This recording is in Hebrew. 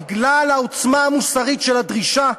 בגלל העוצמה המוסרית של הדרישה,